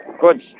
Good